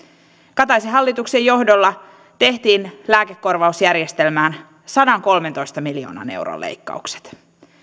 kataisen hallituksen johdolla tehtiin lääkekorvausjärjestelmään sadankolmentoista miljoonan euron leikkaukset